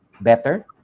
better